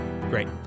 Great